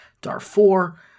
Darfur